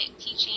teaching